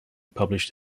published